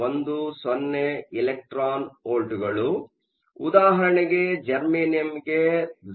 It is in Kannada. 10 ಎಲೆಕ್ಟ್ರಾನ್ ವೋಲ್ಟ್ಗಳು ಉದಾಹರಣೆಗೆ ಜರ್ಮೇನಿಯಂಗೆ 0